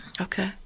Okay